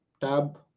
tab